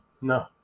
No